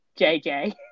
jj